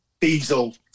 Diesel